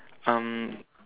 um